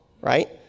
right